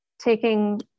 taking